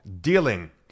dealing